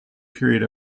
period